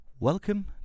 Welcome